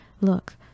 look